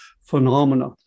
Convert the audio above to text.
phenomena